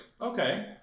okay